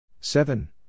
Seven